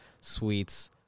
sweets